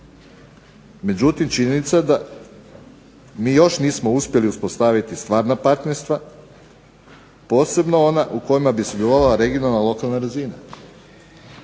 Međutim, činjenica da mi još nismo uspjeli uspostaviti stvarna partnerstva posebno ona u kojima bi sudjelovala regionalna i lokalna razina.